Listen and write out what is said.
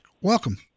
welcome